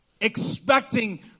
expecting